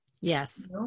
Yes